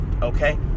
Okay